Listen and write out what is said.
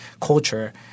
culture